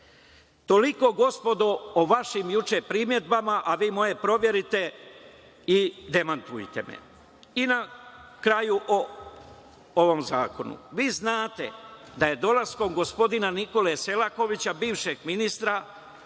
Toliko, gospodo, o vašim juče primedbama, a vi moje proverite i demantujte me. Na kraju o ovom zakonu. Vi znate da je dolaskom gospodina Nikole Selakovića, bivšeg ministra